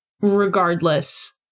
regardless